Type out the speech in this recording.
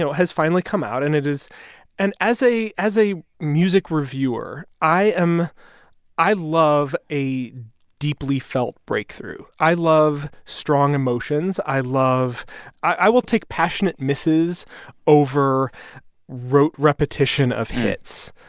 so has finally come out. and it is and as a as a music reviewer, i am i love a deeply felt breakthrough. i love strong emotions. i love i will take passionate misses over rote repetition of hits,